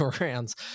rounds